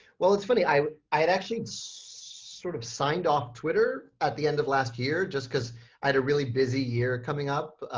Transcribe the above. well, it's funny, i i had actually sort of signed off twitter at the end of last year, just because i had a really busy year coming up,